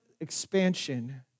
Expansion